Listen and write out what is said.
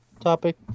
topic